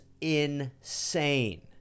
insane